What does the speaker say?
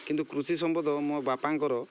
କିନ୍ତୁ କୃଷି ସମ୍ପଦ ମୋ ବାପାଙ୍କର